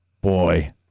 boy